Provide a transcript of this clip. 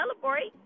celebrate